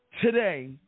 today